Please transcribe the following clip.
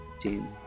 Team